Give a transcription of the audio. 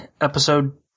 episode